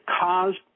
caused